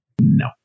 no